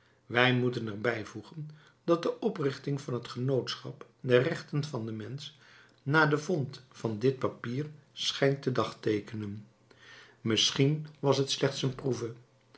wij moeten er bijvoegen dat de oprichting van het genootschap der rechten van den mensch na den vond van dit papier schijnt te dagteekenen misschien was t slechts een proeve